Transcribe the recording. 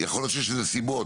יכול להיות שיש לזה סיבות,